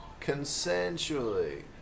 consensually